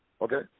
Okay